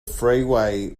freeway